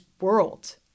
world